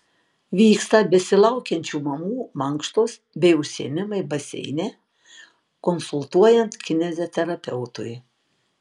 vyksta besilaukiančių mamų mankštos bei užsiėmimai baseine konsultuojant kineziterapeutui